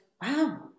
wow